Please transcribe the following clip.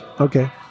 Okay